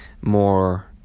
more